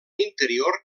interior